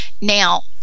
Now